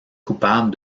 coupable